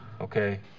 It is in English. okay